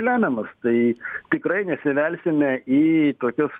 lemiamas tai tikrai nesivelsime į tokius